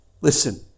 Listen